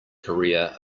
korea